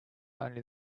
only